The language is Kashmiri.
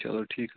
چلو ٹھیٖک